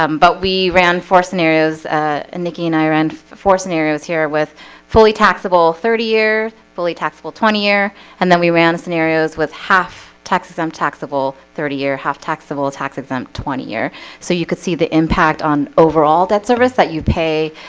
um but we ran four scenarios aniki and i ran four scenarios here with fully taxable thirty years fully taxable twenty year and then we ran scenarios with half taxes on um taxable thirty year half taxable tax-exempt twenty year so you could see the impact on overall that service that you pay